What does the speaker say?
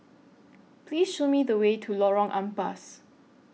Please Show Me The Way to Lorong Ampas